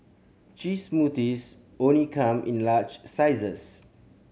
cheese smoothies only come in large sizes